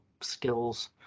skills